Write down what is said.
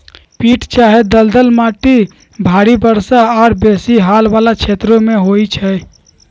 पीट चाहे दलदल माटि भारी वर्षा आऽ बेशी हाल वला क्षेत्रों में होइ छै